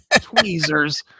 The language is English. Tweezers